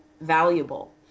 valuable